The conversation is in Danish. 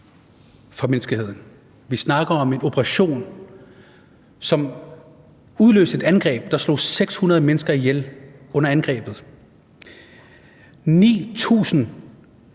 for menneskeheden. Vi snakker om en operation, som udløste et angreb, der slog 600 mennesker ihjel under angrebet, 9.000